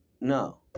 No